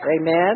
amen